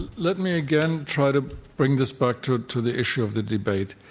let me again try to bring this back to to the issue of the debate.